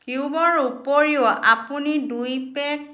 কিউবৰ উপৰিও আপুনি দুই পেগ